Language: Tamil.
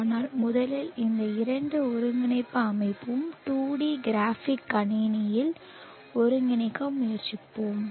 ஆனால் முதலில் இந்த இரண்டு ஒருங்கிணைப்பு அமைப்பையும் 2 D கிராஃபிக் கணினியில் ஒருங்கிணைக்க முயற்சிப்போம்